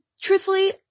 truthfully